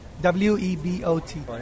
w-e-b-o-t